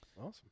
Awesome